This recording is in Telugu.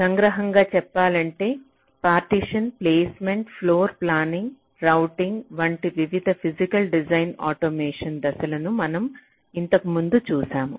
సంగ్రహంగా చెప్పాలంటే పార్టిషన్ ప్లేస్మెంట్ ఫ్లోర్ప్లానింగ్ రౌటింగ్ వంటి వివిధ ఫిజికల్ డిజైన్ ఆటోమేషన్ దశలను మనం ఇంతకుముందు చూశాము